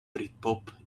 britpop